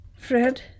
Fred